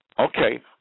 Okay